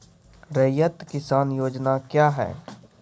रैयत किसान योजना क्या हैं?